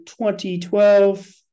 2012